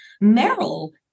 Merrill